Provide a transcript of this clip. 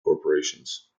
corporations